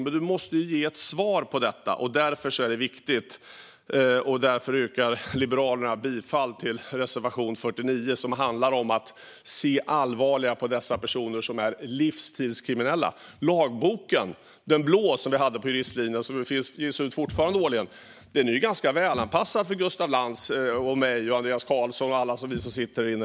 Man måste ge ett svar - detta är viktigt. Därför yrkar Liberalerna bifall till reservation 49, som handlar om att se allvarligt på de personer som är livsstilskriminella. Lagboken, den blå som vi hade på juristlinjen och som fortfarande ges ut årligen, är ganska välanpassad för Gustaf Lantz, mig, Andreas Carlson och alla oss som sitter här inne.